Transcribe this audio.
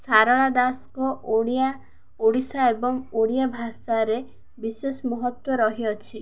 ସାରଳା ଦାସଙ୍କ ଓଡ଼ିଆ ଓଡ଼ିଶା ଏବଂ ଓଡ଼ିଆ ଭାଷାରେ ବିଶେଷ ମହତ୍ତ୍ୱ ରହିଅଛି